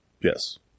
yes